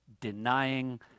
Denying